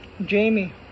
Jamie